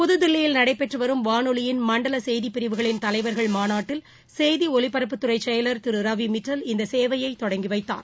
புதுதில்லியில் நடைபெற்று வரும் வானொலியின் மண்டல செய்திப் பிாவுகளின் தலைவர்கள் மாநாட்டில் செய்தி ஒலிபரப்புத்துறைச் செயலர் திரு ரவி மிட்டல் இந்த சேவையை தொடங்கி வைத்தார்